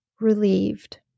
relieved